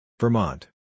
Vermont